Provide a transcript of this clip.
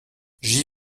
j’y